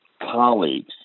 colleagues